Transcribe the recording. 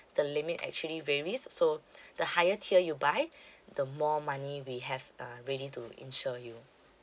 the limit actually varies so the higher tier you buy the more money we have uh ready to insure you